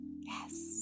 Yes